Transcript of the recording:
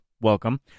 welcome